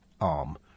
arm